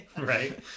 right